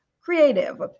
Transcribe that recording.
creative